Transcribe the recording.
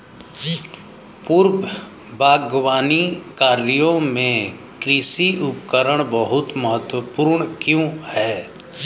पूर्व बागवानी कार्यों में कृषि उपकरण बहुत महत्वपूर्ण क्यों है?